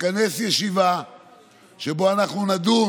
שבה אנחנו נדון